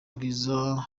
bwiza